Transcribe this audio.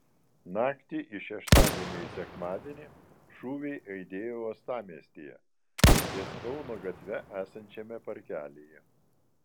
naktį iš šeštadienio į sekmadienį šūviai aidėjo uostamiestyje ties kauno gatve esančiame parkelyje